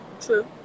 True